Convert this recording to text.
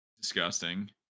disgusting